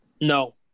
No